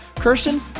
Kirsten